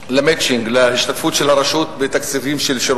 במתמטיקה ובמדעים בבתי-הספר